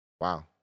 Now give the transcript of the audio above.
wow